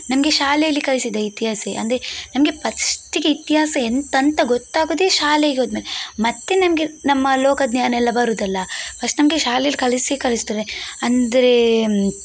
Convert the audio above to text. ನಮಗೆ ಶಾಲೆಯಲ್ಲಿ ಕಲಿಸಿದ ಇತಿಹಾಸ ಅಂದೆ ನಮಗೆ ಪಸ್ಟಿಗೆ ಇತಿಹಾಸ ಎಂತಂತ ಗೊತ್ತಾಗೋದೆ ಶಾಲೆಗೆ ಹೋದಮೇಲೆ ಮತ್ತೆ ನಮಗೆ ನಮ್ಮ ಲೋಕ ಜ್ಞಾನ ಎಲ್ಲ ಬರೋದಲ್ಲ ಫಸ್ಟ್ ನಮಗೆ ಶಾಲೆಯಲ್ಲಿ ಕಲಿಸೇ ಕಲಿಸ್ತಾರೆ ಅಂದರೆ